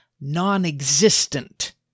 non-existent